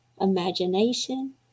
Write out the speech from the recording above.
imagination